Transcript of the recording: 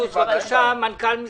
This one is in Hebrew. אני שלחתי מכתב.